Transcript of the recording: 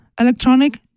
electronic